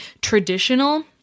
traditional